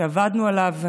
שעבדנו עליו,